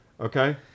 Okay